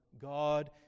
God